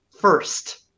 first